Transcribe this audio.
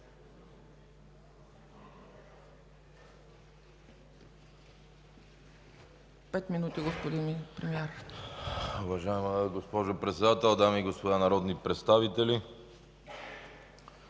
Пет минути, господин Премиер.